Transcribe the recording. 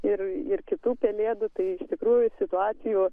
ir ir kitų pelėdų tai iš tikrųjų situacijų